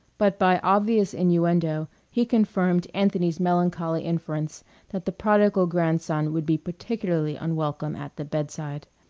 but by obvious innuendo he confirmed anthony's melancholy inference that the prodigal grandson would be particularly unwelcome at the bedside.